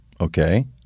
okay